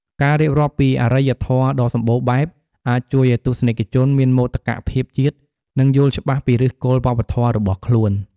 ការរៀបរាប់ពីអរិយធម៌ដ៏សម្បូរបែប អាចជួយឱ្យទស្សនិកជនមានមោទកភាពជាតិ និងយល់ច្បាស់ពីឫសគល់វប្បធម៌របស់ខ្លួន។